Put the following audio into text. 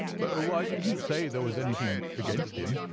but oh, i didn't say there was anything against him.